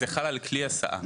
זה חל על כלי הסעה.